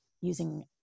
using